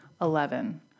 Eleven